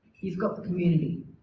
you've got the community,